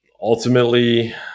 ultimately